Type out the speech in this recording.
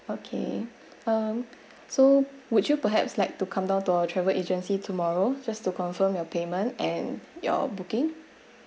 okay um so would you perhaps like to come down to our travel agency tomorrow just to confirm your payment and your booking